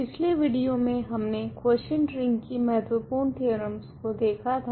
पिछले विडियो मे हमने क्वॉशेंट रिंग की महत्वपूर्ण थेओरेमस को देखा था